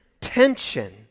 tension